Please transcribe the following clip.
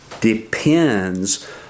depends